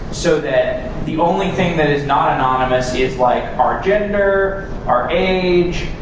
so that the only thing that is not anonymous is like our gender, our age,